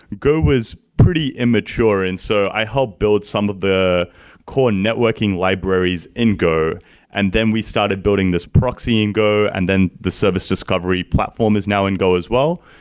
go was pretty immature. and so i help build some of the core networking libraries in go and then we started building this proxy in go and then the service discovery platform is now in go as well.